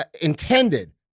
intended